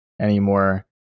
anymore